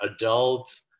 adults